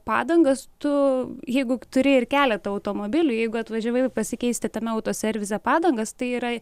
padangas tu jeigu turi ir keletą automobilių jeigu atvažiavai pasikeisti tame autoservise padangas tai yra